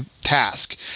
task